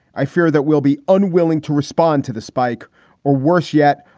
i fear that we'll be unwilling to respond to the spike or worse yet,